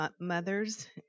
mothers